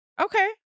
okay